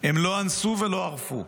לא אנסו ולא ערפו.